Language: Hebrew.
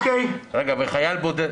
האם חייל בודד,